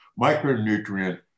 micronutrient